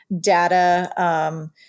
data